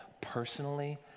personally